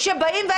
אבל יש